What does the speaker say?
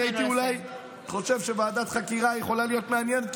הייתי אולי חושב שוועדת חקירה יכולה להיות מעניינת,